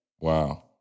Wow